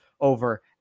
over